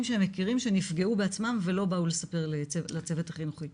שהם מכירים שנפגעו בעצמם ולא באו לספר לצוות החינוכי.